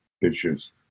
issues